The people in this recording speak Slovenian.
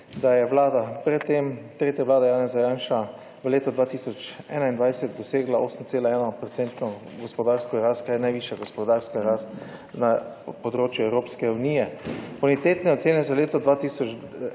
da je Vlada pred tem - tretja Vlada Janeza Janše - v letu 2021 dosegla 8,1 % gospodarsko rast, kar je najvišja gospodarska rast na področju Evropske unije. Bonitetne ocene za leto